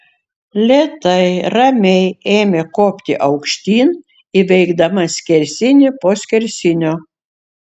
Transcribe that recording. lėtai ramiai ėmė kopti aukštyn įveikdama skersinį po skersinio